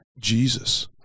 Jesus